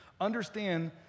Understand